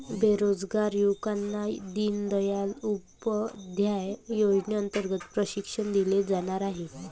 बेरोजगार युवकांना दीनदयाल उपाध्याय योजनेअंतर्गत प्रशिक्षण दिले जाणार आहे